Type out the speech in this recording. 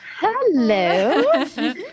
Hello